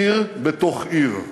עיר בתוך עיר.